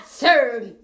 serve